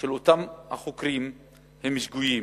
של אותם החוקרים הם שגויים,